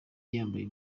yambaye